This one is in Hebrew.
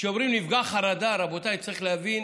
כשאומרים נפגע חרדה, רבותיי, צריך להבין